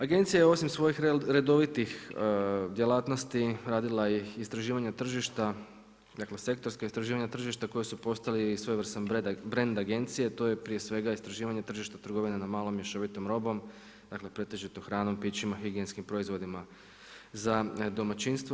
Agencija je osim svojih redovitih djelatnosti radila i istraživanja tržišta, dakle, sektorska istraživanja tržišta koja su postali i svojevrsna brand agencije, to je prije svega istraživanje tržište trgovina na malo mješovitom robom, dakle, pretežitom hranom, pićima, higijenskim proizvodima za domaćinstvo.